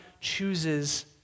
chooses